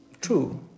true